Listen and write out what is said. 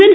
N